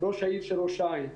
ראש העיר ראש העין,